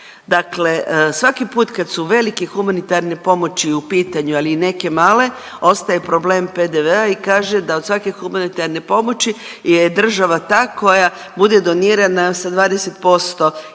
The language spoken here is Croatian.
Dakle, svaki put kad su veliki humanitarne pomoći u pitanju, ali i neke male ostaje problem PDV-a i kaže da od svake humanitarne pomoći je država ta koja bude donirana sa 20% iznosa